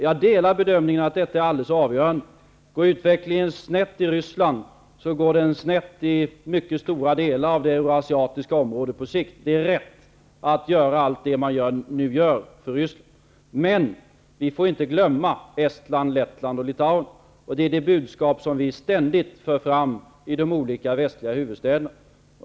Jag delar bedömningen att detta är alldeles avgörande. Går utvecklingen snett i Ryssland, går den på sikt snett i mycket stora delar av det asiatiska området. Det är rätt att göra allt det som man nu gör för Ryssland. Men vi får inte glömma Estland, Lettland och Litauen, och det är det budskap som vi ständigt för fram i de västliga huvudstäderna.